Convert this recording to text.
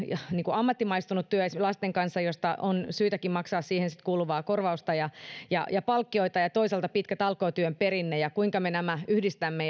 ammattimaistunut työ esimerkiksi lasten kanssa josta on syytäkin maksaa siihen kuuluvaa korvausta ja ja palkkioita ja toisaalta pitkä talkootyön perinne kuinka me nämä yhdistämme